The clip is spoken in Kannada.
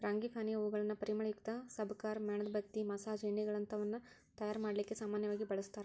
ಫ್ರಾಂಗಿಪಾನಿಯ ಹೂಗಳನ್ನ ಪರಿಮಳಯುಕ್ತ ಸಬಕಾರ್, ಮ್ಯಾಣದಬತ್ತಿ, ಮಸಾಜ್ ಎಣ್ಣೆಗಳಂತವನ್ನ ತಯಾರ್ ಮಾಡ್ಲಿಕ್ಕೆ ಸಾಮನ್ಯವಾಗಿ ಬಳಸ್ತಾರ